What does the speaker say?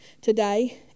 today